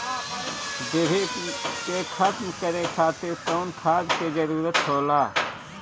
डिभी के खत्म करे खातीर कउन खाद के जरूरत होला?